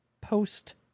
post